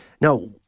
Now